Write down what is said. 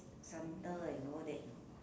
centre and all that know